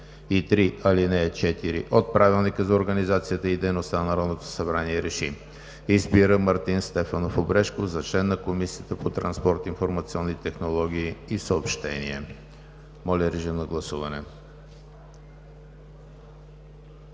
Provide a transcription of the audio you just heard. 23, ал. 4 от Правилника за организацията и дейността на Народното събрание РЕШИ: Избира Мартин Стефанов Обрешков за член на Комисията по транспорт, информационни технологии и съобщения.“ Моля, режим на гласуване.